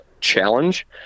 challenge